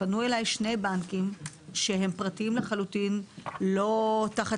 פנו אליי שני בנקים שהם פרטיים לחלוטין ולא תחת